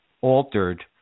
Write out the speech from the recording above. altered